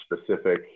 specific